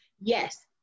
yes